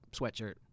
sweatshirt